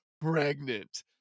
pregnant